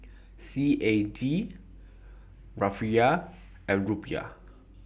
C A D Rufiyaa and Rupiah